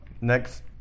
next